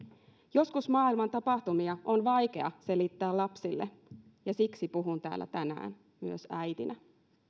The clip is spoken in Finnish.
joskus maailman tapahtumia on vaikea selittää lapsille ja siksi puhun täällä tänään myös äitinä